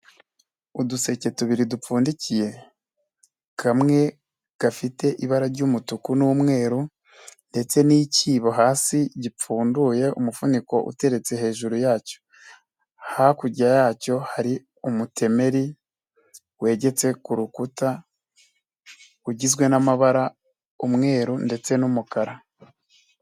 Uduseke tubiri dupfundikiye kamwe gafite ibara ry'umutuku n'umweru ndetse n'icyibo hasi gipfunduye umufuniko uteretse hejuru yacyo hakurya yacyo hari umutemeri wegetse ku rukuta ugizwe n'amabara umweru ndetse n'umukara.